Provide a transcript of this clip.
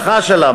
ובהצלחה שלה,